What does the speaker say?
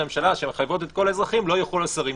הממשלה שמחייבות את כל האזרחים לא יחולו על שרים.